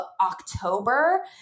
October